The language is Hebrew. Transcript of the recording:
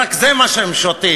שרק זה מה שהם שותים,